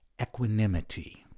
equanimity